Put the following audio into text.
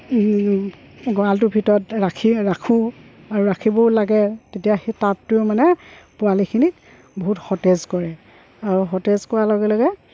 গড়ালটোৰ ভিতৰত ৰাখি ৰাখোঁ আৰু ৰাখিবও লাগে তেতিয়া সেই তাপটো মানে পোৱালিখিনিক বহুত সতেজ কৰে আৰু সতেজ কৰাৰ লগে লগে